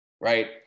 right